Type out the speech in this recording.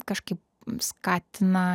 kažkaip skatina